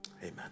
amen